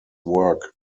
work